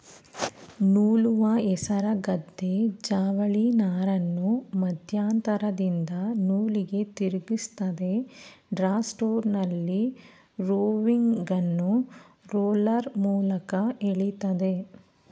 ನೂಲುವ ಹೇಸರಗತ್ತೆ ಜವಳಿನಾರನ್ನು ಮಧ್ಯಂತರದಿಂದ ನೂಲಿಗೆ ತಿರುಗಿಸ್ತದೆ ಡ್ರಾ ಸ್ಟ್ರೋಕ್ನಲ್ಲಿ ರೋವಿಂಗನ್ನು ರೋಲರ್ ಮೂಲಕ ಎಳಿತದೆ